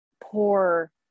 poor